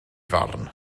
farn